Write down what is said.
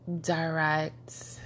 direct